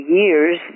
years